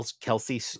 Kelsey